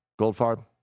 Goldfarb